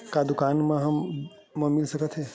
का बीज हमला दुकान म मिल सकत हे?